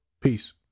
peace